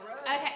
Okay